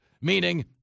meaning